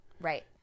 Right